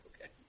Okay